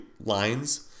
lines